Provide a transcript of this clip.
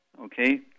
Okay